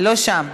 לא שם.